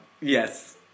Yes